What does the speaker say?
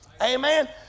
Amen